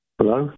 Hello